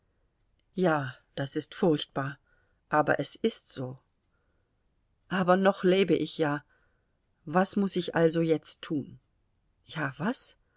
ja das ist furchtbar aber es ist so aber noch lebe ich ja was muß ich also jetzt tun ja was